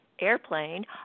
Airplane